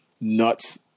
nuts